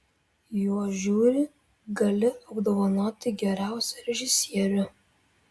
juo žiuri gali apdovanoti geriausią režisierių